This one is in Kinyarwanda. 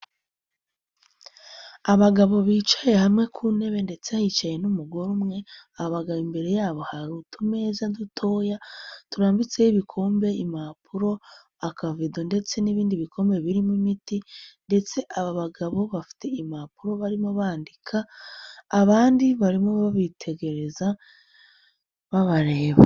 Abagabo bicaye hamwe ku ntebe ndetse yicaye n'umugore umwe, abagabo imbere yabo hari utumeza dutoya turambitseho ibikombe, impapuro, akavudo ndetse n'ibindi bikombe birimo imiti ndetse aba bagabo bafite impapuro barimo bandika, abandi barimo bitegereza babareba.